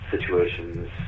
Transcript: situations